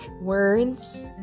words